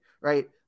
right